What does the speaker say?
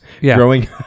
growing